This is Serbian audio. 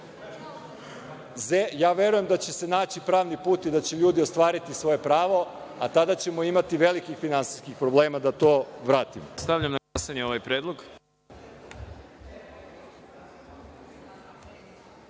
ja verujem da će se naći pravni put i da će ljudi ostvariti svoje pravo, a tada ćemo imati velikih finansijskih problema da to vratimo. **Maja Gojković** Stavljam